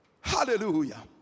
Hallelujah